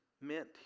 meant